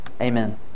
Amen